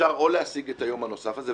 אפשר להשיג את היום הנוסף הזה.